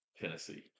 Tennessee